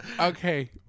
Okay